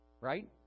right